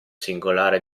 singolare